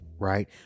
Right